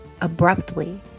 Abruptly